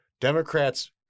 Democrats